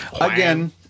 Again